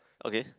okay